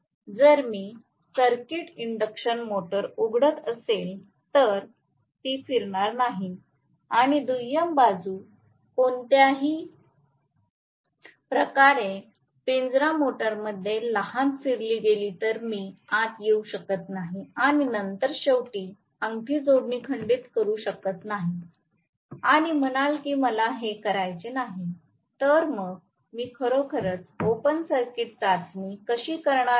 जर मी circuit induction motor उघडत असेल तर ती फिरणार नाही आणि दुय्यम बाजू कोणत्याही प्रकारे पिंजरा मोटरमध्ये लहान फिरली गेली तर मी आत येऊ शकत नाही आणि नंतर शेवटची अंगठी जोडणी खंडित करू शकत नाही आणि म्हणाल की मला हे करायचे नाही तर मग मी खरोखरच ओपन सर्किट चाचणी कशी करणार आहे